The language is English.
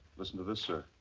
listen to this, sir.